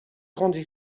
grandes